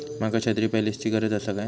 माका छत्री पॉलिसिची गरज आसा काय?